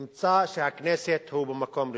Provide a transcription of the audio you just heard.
הוא ימצא שהכנסת היא במקום ראשון.